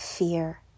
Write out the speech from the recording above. Fear